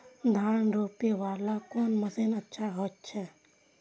धान रोपे वाला कोन मशीन अच्छा होय छे?